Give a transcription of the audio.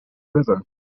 river